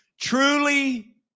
Truly